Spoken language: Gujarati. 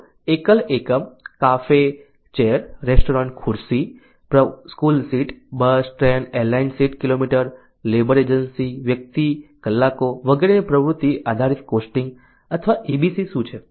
તો એકલ એકમ કાફે ચેર રેસ્ટોરન્ટ ખુરશી school seat bus train airline seat kilometre labour agency વ્યક્તિ કલાકો વગેરેની પ્રવૃત્તિ આધારિત કોસ્ટિંગ અથવા એબીસી શું છે